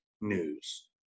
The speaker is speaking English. news